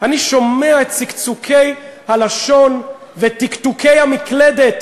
אני שומע את צקצוקי הלשון ותקתוקי המקלדת